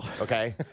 Okay